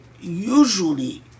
usually